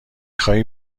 خواهی